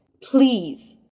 Please